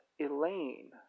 Elaine